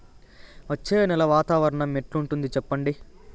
వచ్చే నెల వాతావరణం ఎట్లుంటుంది చెప్పండి?